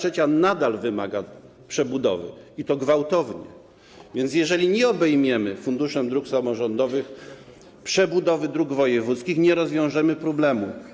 1/3 nadal wymaga przebudowy, i to gwałtownie, więc jeżeli nie obejmiemy Funduszem Dróg Samorządowych przebudowy dróg wojewódzkich, nie rozwiążemy problemu.